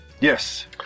Yes